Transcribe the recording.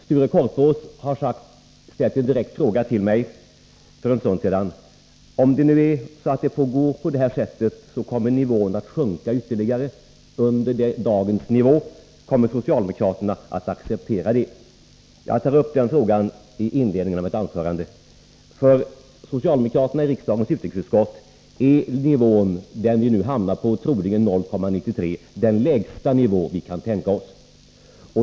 Sture Korpås ställde för en stund sedan en direkt fråga till mig: Om nivån kommer att sjunka ytterligare under dagens nivå — kommer socialdemokraterna att acceptera det? Jag tar upp den frågan i inledningen av mitt anförande. För socialdemokraterna i riksdagens utrikesutskott är den nivå vi nu hamnar på — troligen 0,93 26 — den lägsta nivå vi kan tänka oss.